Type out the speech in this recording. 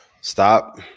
Stop